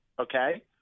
okay